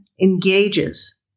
engages